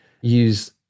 use